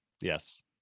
yes